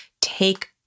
take